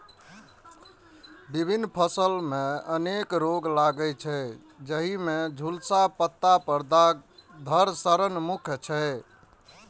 विभिन्न फसल मे अनेक रोग लागै छै, जाहि मे झुलसा, पत्ता पर दाग, धड़ सड़न मुख्य छै